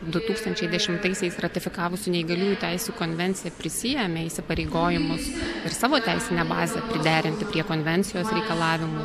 du tūkstančiai dešimtaisiais ratifikavusi neįgaliųjų teisių konvenciją prisiėmė įsipareigojimus ir savo teisinę bazę derinti prie konvencijos reikalavimų